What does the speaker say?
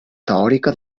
teòrica